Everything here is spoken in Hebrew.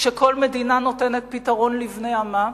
כשכל מדינה נותנת פתרון לבני עמה,